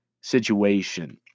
situation